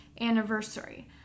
anniversary